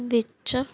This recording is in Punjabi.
ਵਿੱਚ